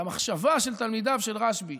על המחשבה של תלמידיו של רשב"י,